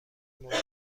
منتظر